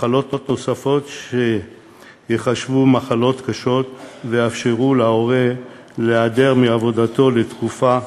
מחלות נוספות שייחשבו מחלות קשות ויאפשרו להורה להיעדר מעבודתו לתקופה